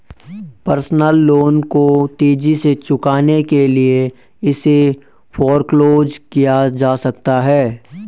personal loan को तेजी से चुकाने के लिए इसे फोरक्लोज किया जा सकता है